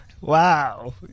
wow